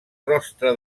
rostre